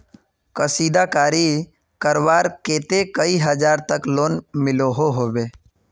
कशीदाकारी करवार केते कई हजार तक लोन मिलोहो होबे?